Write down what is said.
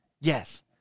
Yes